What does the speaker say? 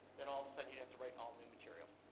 then all of a sudden, you have to write all new material.